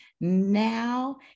Now